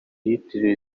yitiriwe